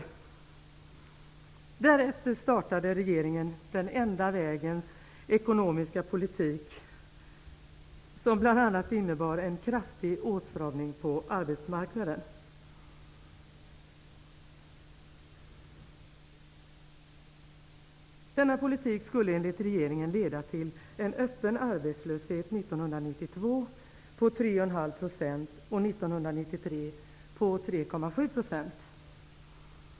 Därefter startade regeringen den enda vägens ekonomiska politik, som bl.a. innebar en kraftig åtstramning på arbetsmarknaden. Denna politik skulle, enligt regeringen, leda till en öppen arbetslöshet 1992 på 3,5 % och 1993 på 3,7 %.